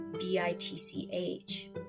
B-I-T-C-H